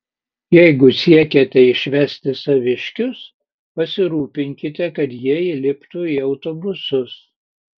jeigu siekiate išvesti saviškius pasirūpinkite kad jie įliptų į autobusus